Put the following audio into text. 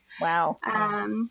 Wow